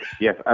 Yes